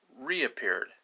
reappeared